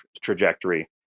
trajectory